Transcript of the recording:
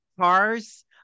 cars